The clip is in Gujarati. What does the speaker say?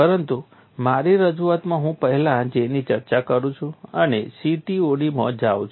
પરંતુ મારી રજૂઆતમાં હું પહેલા J ની ચર્ચા કરું છું અને CTOD માં જાઉં છું